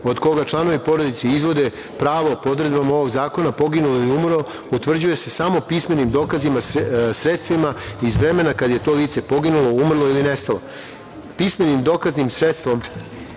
od koga članovi porodice izvode pravo po odredbama ovog zakona, poginuo ili umro utvrđuje se samo pismenim dokazima, sredstvima iz vremena kada je to lice poginulo, umrlo ili nestalo. Pismenim dokaznim sredstvom